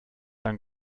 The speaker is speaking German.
dann